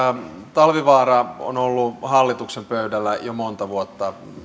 talvivaara on ollut hallituksen pöydällä jo monta vuotta